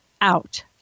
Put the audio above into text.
out